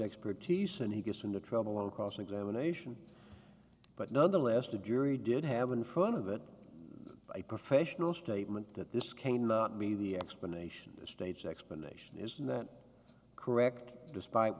expertise and he gets into trouble on cross examination but nonetheless the jury did have in front of it a professional statement that this came not be the explanation the state's explanation is not correct despite